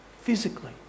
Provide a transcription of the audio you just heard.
physically